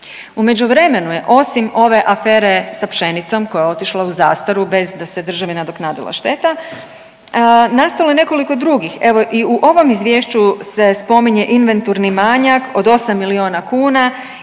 U međuvremenu je osim ove afere sa pšenicom koja je otišla u zastaru bez da se državi nadoknadila šteta, nastalo je nekoliko drugih. Evo, i u ovom Izvješću se spominje inventurni manjak od 8 milijuna kuna